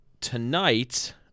tonight